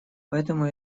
поэтому